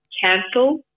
cancel